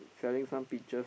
selling some peaches